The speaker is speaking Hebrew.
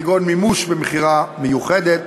כגון מימוש במכירה מיוחדת